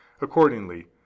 Accordingly